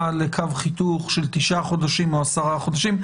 לקו חיתוך של תשעה חודשים או עשרה חודשים?